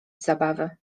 zabawy